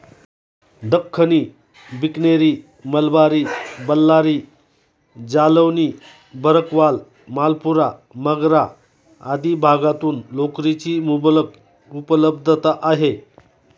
दख्खनी, बिकनेरी, मलबारी, बल्लारी, जालौनी, भरकवाल, मालपुरा, मगरा आदी भागातून लोकरीची मुबलक उपलब्धता आहे